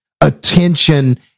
attention